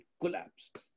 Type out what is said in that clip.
collapsed